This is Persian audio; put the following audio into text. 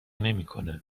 نمیکنه